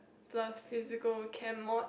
plus physical chem mod